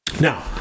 Now